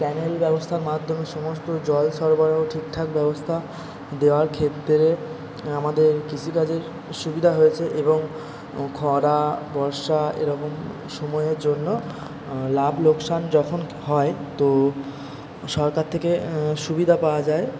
channel ব্যবস্থার মাধ্যমে সমস্ত জলসরবরাহ ঠিকঠাক ব্যবস্থা দেওয়ার ক্ষেত্রে আমাদের কৃষিকাজের সুবিধা হয়েছে এবং খরা বর্ষা এরকম সময়ের জন্য লাভ লোকসান যখন হয় তো সরকার থেকে সুবিধা পাওয়া যায়